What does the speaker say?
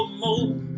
more